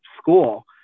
school